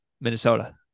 Minnesota